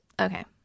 okay